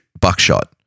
buckshot